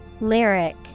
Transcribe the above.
Lyric